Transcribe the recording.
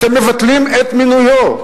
אתם מבטלים את מינויו.